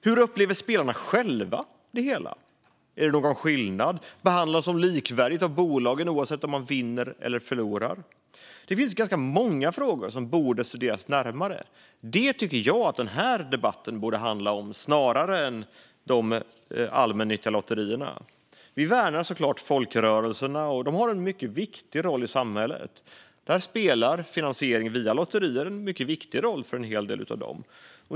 Hur upplever spelarna själva det hela? Är det någon skillnad? Behandlas de likvärdigt av bolagen, oavsett om de vinner eller förlorar? Det finns ganska många frågor som borde studeras närmare. Det tycker jag att den här debatten borde handla om snarare än de allmännyttiga lotterierna. Centerpartiet värnar såklart folkrörelserna. De har en mycket viktig roll i samhället. Finansiering via lotterier spelar en viktig roll för en hel del av dem.